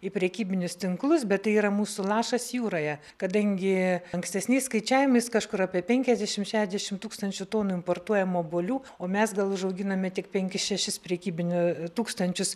į prekybinius tinklus bet tai yra mūsų lašas jūroje kadangi ankstesniais skaičiavimais kažkur apie penkiasdešimt šešiasdešimt tūkstančių tonų importuojamų obuolių o mes gal užauginame tik penkis šešis prekybinio tūkstančius